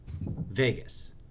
Vegas